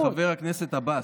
חבר הכנסת עבאס,